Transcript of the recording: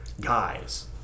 guys